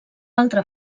altra